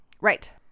Right